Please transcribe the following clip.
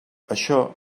això